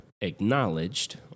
acknowledged